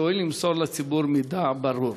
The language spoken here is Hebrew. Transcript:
התואיל למסור לציבור מידע ברור?